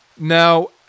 Now